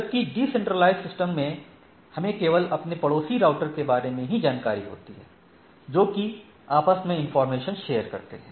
जबकि decentralize system में हमें केवल अपने पड़ोसी राउटर के बारे में ही जानकारी होती है जोकि आपस में इंफॉर्मेशन शेयर करते हैं